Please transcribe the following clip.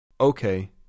Okay